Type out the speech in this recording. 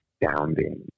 astounding